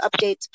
updates